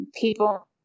people